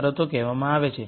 શરતો કહેવામાં આવે છે